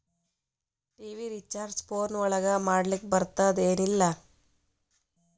TV recharge phone ಒಳಗ ಮಾಡ್ಲಿಕ್ ಬರ್ತಾದ ಏನ್ ಇಲ್ಲ?